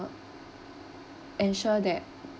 ensure that